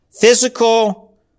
physical